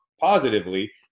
positively